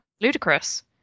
ludicrous